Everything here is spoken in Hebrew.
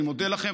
אני מודה לכם,